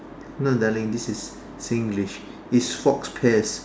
no darling this is Singlish it's faux pas